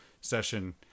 session